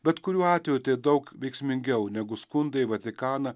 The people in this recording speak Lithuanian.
bet kuriuo atveju tai daug veiksmingiau negu skundai į vatikaną